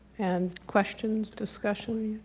and questions, discussion,